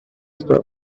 stuff